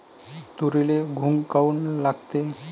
तुरीले घुंग काऊन लागते?